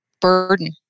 burden